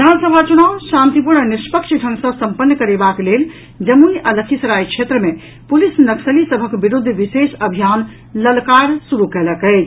विधानसभा चुनाव शांतिपूर्ण आ निष्पक्ष ढंग सँ सम्पन्न करेबाक लेल जमुई आ लखीसराय क्षेत्र मे पुलिस नक्सली सभक विरूद्ध विशेष अभियान ललकार शुरू कयलक अछि